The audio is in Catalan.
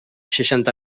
seixanta